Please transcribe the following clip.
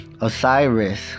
Osiris